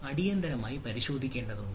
അടിയന്തിരമായി ഇത് പരിശോധിക്കേണ്ടതുണ്ട്